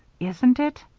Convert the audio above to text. isn't it?